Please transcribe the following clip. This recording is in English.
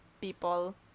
people